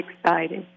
excited